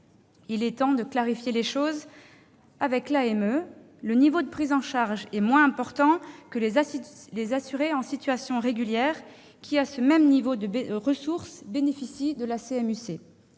Il est temps de clarifier les choses ! Avec l'AME, le niveau de prise en charge est moins important que celui des assurés en situation régulière qui, à ressources égales, bénéficient de la CMU-C.